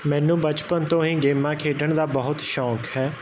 ਮੈਨੂੰ ਬਚਪਨ ਤੋਂ ਹੀ ਗੇਮਾਂ ਖੇਡਣ ਦਾ ਬਹੁਤ ਸ਼ੌਂਕ ਹੈ